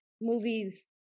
movies